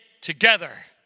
together